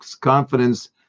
confidence